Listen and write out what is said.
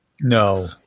No